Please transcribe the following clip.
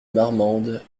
marmande